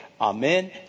Amen